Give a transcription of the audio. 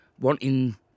wanting